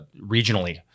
regionally